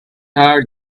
hard